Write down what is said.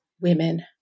women